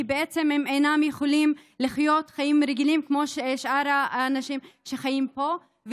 כי בעצם הם אינם יכולים לחיות חיים רגילים כמו ששאר האנשים שחיים פה,